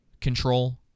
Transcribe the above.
control